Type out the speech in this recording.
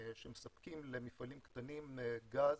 שמספקים למפעלים קטנים גז,